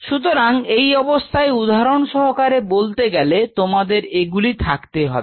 সুতরাং এই অবস্থায় উদাহরণ সহকারে বলতে গেলে তোমাদের এগুলি থাকতে হবে